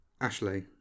Ashley